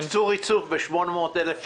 בכנסת עשו ריצוף ב-800,000 שקל.